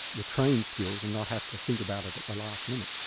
the trained skills and not have to think about it at the last minute.